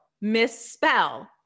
misspell